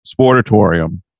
sportatorium